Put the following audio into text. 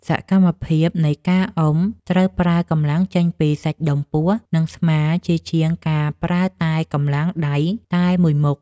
សកម្មភាពនៃការអុំត្រូវប្រើកម្លាំងចេញពីសាច់ដុំពោះ និងស្មា ជាជាងការប្រើតែកម្លាំងដៃតែមួយមុខ។